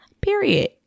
Period